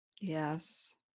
Yes